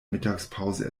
mittagspause